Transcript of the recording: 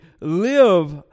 live